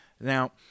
now